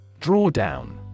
Drawdown